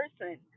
person